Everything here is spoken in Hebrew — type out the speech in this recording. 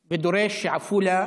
ודורש שעפולה